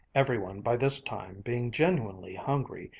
every one by this time being genuinely hungry,